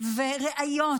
וראיות